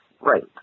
right